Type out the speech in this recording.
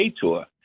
tour